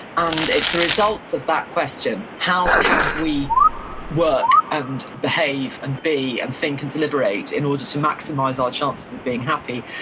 and it's the result of that question, how can we work, and behave, and be, and think, and deliberate in order to maximize our chances of being happy?